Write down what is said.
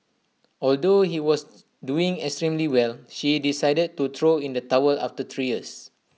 although he was doing extremely well she decided to throw in the towel after three years